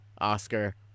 Oscar